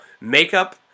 makeup